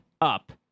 up